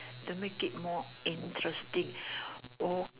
to make it more interesting o